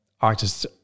artists